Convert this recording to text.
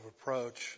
approach